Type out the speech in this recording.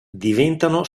diventano